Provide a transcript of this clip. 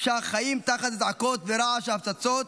שהחיים תחת אזעקות ורעש הפצצות